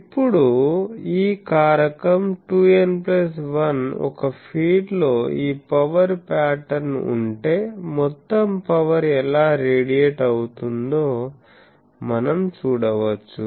ఇప్పుడు ఈ కారకం 2n1 ఒక ఫీడ్లో ఈ పవర్ ప్యాటర్న్ ఉంటే మొత్తం పవర్ ఎలా రేడియేట్ అవుతుందో మనం చూడవచ్చు